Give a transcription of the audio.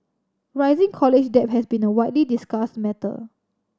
rising college debt has been a widely discussed matter